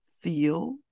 feel